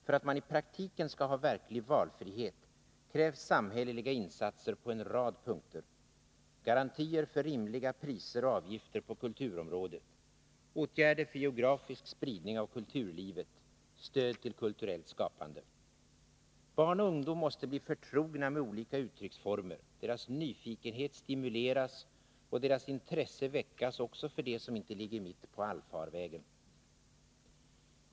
För att man i praktiken skall ha verklig valfrihet krävs samhälleliga insatser på en rad punkter: garantier för rimliga priser och avgifter på kulturområdet, åtgärder för geografisk spridning av kulturlivet, stöd till kulturellt skapande. Barn och ungdom måste bli förtrogna med olika uttrycksformer, deras nyfikenhet stimuleras och deras intresse väckas också för det som inte ligger mitt på allfarvägen.